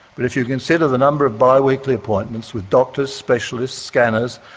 but if you consider the number of biweekly appointments with doctors, specialists, scanners,